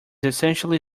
essentially